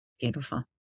beautiful